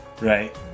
Right